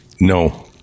No